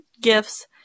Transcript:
gifts